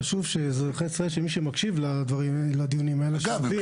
חשוב שמי שמקשיב לדיונים האלה --- אגב,